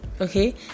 okay